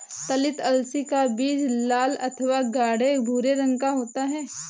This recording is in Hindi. ललीत अलसी का बीज लाल अथवा गाढ़े भूरे रंग का होता है